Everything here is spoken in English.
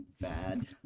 Bad